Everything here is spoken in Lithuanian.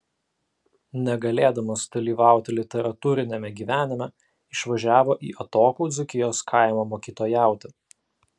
negalėdamas dalyvauti literatūriniame gyvenime išvažiavo į atokų dzūkijos kaimą mokytojauti